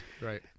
Right